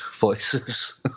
voices